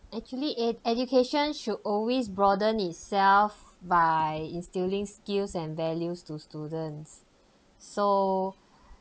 actually ed~ education should always broaden itself by instilling skills and values to students so